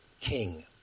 king